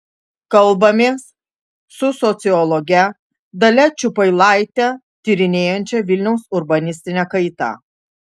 kalbamės su sociologe dalia čiupailaite tyrinėjančia vilniaus urbanistinę kaitą